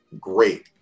great